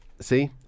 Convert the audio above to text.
See